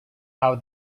how